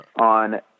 On